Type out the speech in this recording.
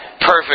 perfect